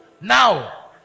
now